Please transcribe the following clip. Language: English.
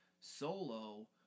solo